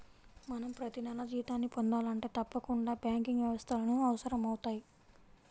మనం ప్రతినెలా జీతాన్ని పొందాలంటే తప్పకుండా బ్యాంకింగ్ వ్యవస్థలు అవసరమవుతయ్